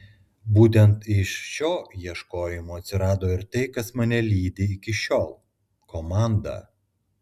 būtent iš šio ieškojimo atsirado ir tai kas mane lydi iki šiol komanda